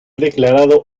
declarado